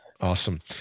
Awesome